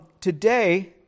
today